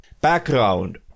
background